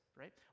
right